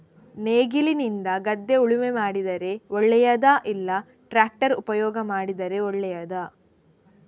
ನೇಗಿಲಿನಿಂದ ಗದ್ದೆ ಉಳುಮೆ ಮಾಡಿದರೆ ಒಳ್ಳೆಯದಾ ಇಲ್ಲ ಟ್ರ್ಯಾಕ್ಟರ್ ಉಪಯೋಗ ಮಾಡಿದರೆ ಒಳ್ಳೆಯದಾ?